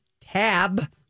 tab